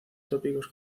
tópicos